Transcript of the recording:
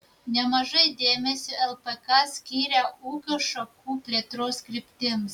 nemažai dėmesio lpk skiria ūkio šakų plėtros kryptims